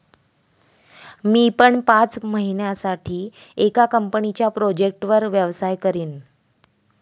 मी पण पाच महिन्यासाठी एका कंपनीच्या प्रोजेक्टवर व्यवसाय करीन